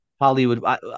Hollywood